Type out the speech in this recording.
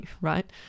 right